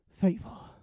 Faithful